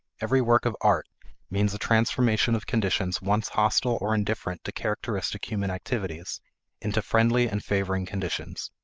every work of art means a transformation of conditions once hostile or indifferent to characteristic human activities into friendly and favoring conditions.